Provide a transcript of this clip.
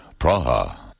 Praha